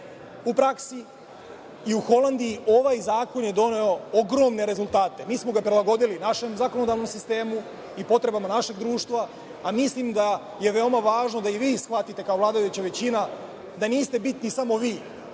u praksi i Holandiji ovaj zakon je doneo ogromne rezultate. Mi smo ga prilagodili našem zakonodavnom sistemu i potrebama našeg društva, a mislim da je veoma važno da i vi shvatite kao vladajuća većina da niste bitni samo vi,